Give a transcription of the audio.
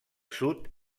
sud